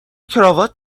کراوات